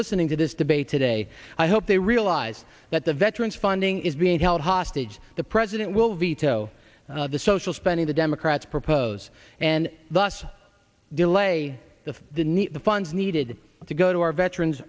listening to this debate today i hope they realize that the veterans funding is being held hostage the president will veto the social spending the democrats propose and thus delay the the need the funds needed to go to our veterans